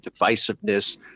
divisiveness